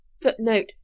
footnote